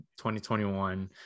2021